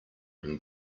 him